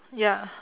ya